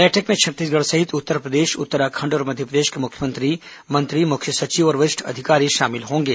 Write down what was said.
बैठक में छत्तीसगढ़ सहित उत्तरप्रदेश उत्तराखंड और मध्यप्रदेश के मुख्यमंत्री मंत्री मुख्य सचिव और वरिष्ठ अधिकारी शामिल होंगे